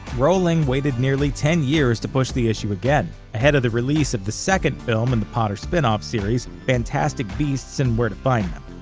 rowling waited nearly ten years to push the issue again, ahead of the release of the second film in the potter spin-off series, fantastic beasts and where to find them.